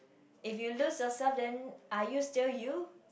if you lose yourself then are you still you